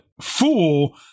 fool